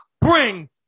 bring